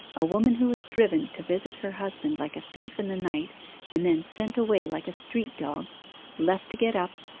a woman who is driven to visit her husband like a thief in the night and then sent away like a street dog left to get up,